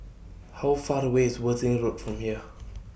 How Far The away IS Worthing Road from here